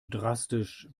drastisch